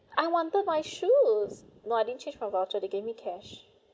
I wanted my shoes no I didn't change my voucher they gave me cash